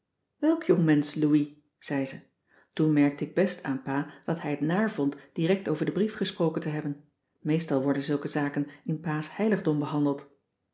welk jongmensch louis zei ze toen merkte ik best aan pa dat hij het naar vond direct over den brief gesproken te hebben meestal worden zulke zaken in pa's heiligdom behandeld